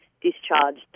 discharged